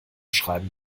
schreiben